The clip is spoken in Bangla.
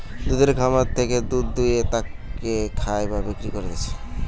দুধের খামার থেকে দুধ দুয়ে তাকে খায় বা বিক্রি করতিছে